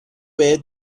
بهت